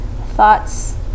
thoughts